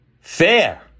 Fair